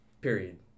Period